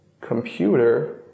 computer